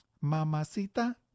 Mamacita